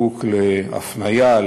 וזקוק להפניה,